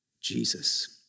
Jesus